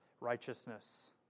righteousness